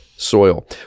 soil